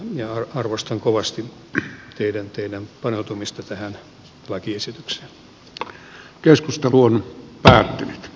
ja arvostan kovasti teidän töiden paneutumista tähän tämä keskustelu on päättynyt